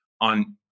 on